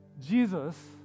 Jesus